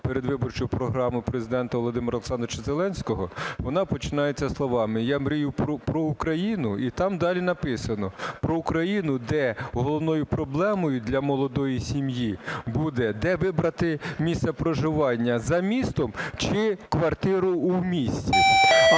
передвиборчу програму Президента Володимира Олександровича Зеленського, вона починається словами: "Я мрію про Україну – і там далі написано – про Україну, де головною проблемою для молодої сім'ї буде де вибрати місце проживання: за містом чи квартиру у місті".